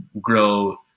grow